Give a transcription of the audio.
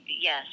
yes